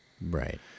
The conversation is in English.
Right